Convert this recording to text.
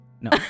No